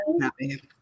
happy